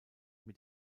mit